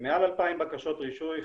מעל 2,000 בקשות רישוי,